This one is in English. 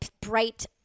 bright